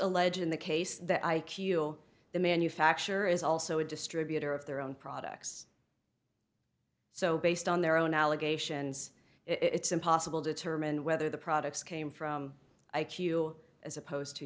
allege in the case that i q the manufacturer is also a distributor of their own products so based on their own allegations it's impossible determine whether the products came from i q as opposed to